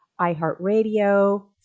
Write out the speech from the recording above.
iHeartRadio